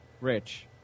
Rich